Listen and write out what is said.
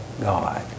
God